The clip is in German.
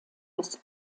des